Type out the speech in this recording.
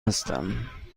هستم